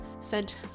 sent